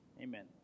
amen